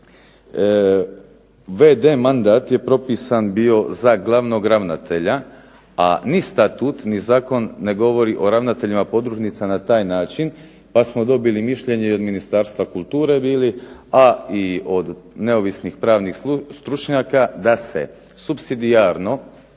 mandat je propisan bio za glavnog ravnatelja, a ni Statut ni zakon ne govori o ravnateljima podružnica na taj način pa smo dobili mišljenje i od Ministarstva kulture bili, a i od neovisnih pravnih stručnjaka da se supsidijarno